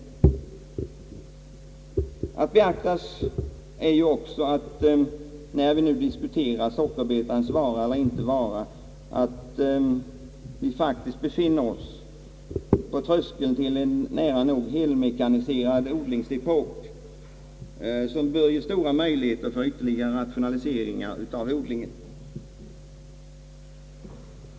Härtill kommer att vi just nu faktiskt befinner oss på tröskeln till en nära nog helmekaniserad odlingsepok, som bör ge stora möjligheter för en ytterligare rationalisering av odlingen.